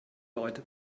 leute